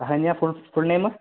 Ahanya full full name